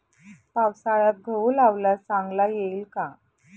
पावसाळ्यात गहू लावल्यास चांगला येईल का?